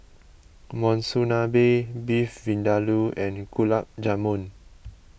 Monsunabe Beef Vindaloo and Gulab Jamun